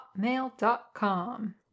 hotmail.com